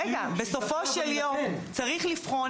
בסופו של יום צריך לבחון.